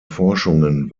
forschungen